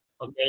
Okay